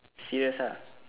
C S ah